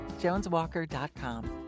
JonesWalker.com